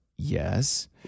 Yes